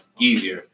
easier